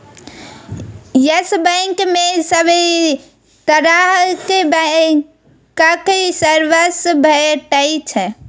yes Bank मे सब तरहक बैंकक सर्विस भेटै छै